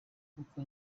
kuko